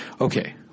Okay